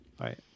Right